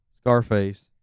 Scarface